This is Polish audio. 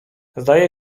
zdaje